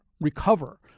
recover